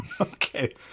Okay